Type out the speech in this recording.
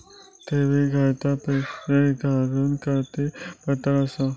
ठेवी खात्यात पैसे घालूक कोण पात्र आसा?